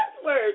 password